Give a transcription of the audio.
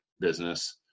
business